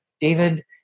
David